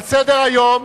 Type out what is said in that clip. על סדר-היום